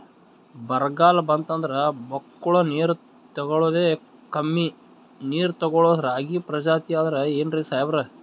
ಬರ್ಗಾಲ್ ಬಂತಂದ್ರ ಬಕ್ಕುಳ ನೀರ್ ತೆಗಳೋದೆ, ಕಮ್ಮಿ ನೀರ್ ತೆಗಳೋ ರಾಗಿ ಪ್ರಜಾತಿ ಆದ್ ಏನ್ರಿ ಸಾಹೇಬ್ರ?